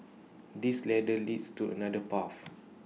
this ladder leads to another path